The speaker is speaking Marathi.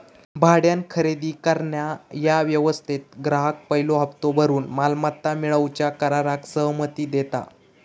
भाड्यान खरेदी करणा ह्या व्यवस्थेत ग्राहक पयलो हप्तो भरून मालमत्ता मिळवूच्या कराराक सहमती देता